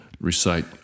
recite